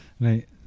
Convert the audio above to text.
Right